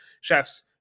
chefs